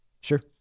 sure